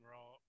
Raw